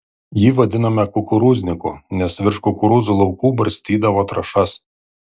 jį vadinome kukurūzniku nes virš kukurūzų laukų barstydavo trąšas